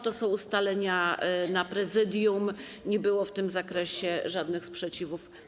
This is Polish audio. To są ustalenia Prezydium, nie było w tym zakresie żadnych sprzeciwów.